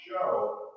show